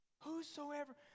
whosoever